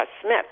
Smith